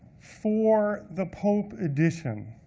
for the pope edition,